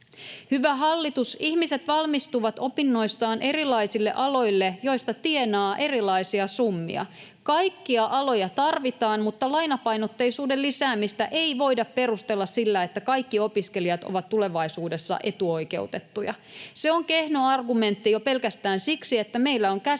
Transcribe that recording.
Hyvä hallitus, ihmiset valmistuvat opinnoistaan erilaisille aloille, joilta tienaa erilaisia summia. Kaikkia aloja tarvitaan, mutta lainapainotteisuuden lisäämistä ei voida perustella sillä, että kaikki opiskelijat ovat tulevaisuudessa etuoikeutettuja. Se on kehno argumentti jo pelkästään siksi, että meillä on käsillä